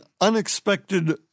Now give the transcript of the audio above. unexpected